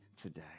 today